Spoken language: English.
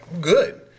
good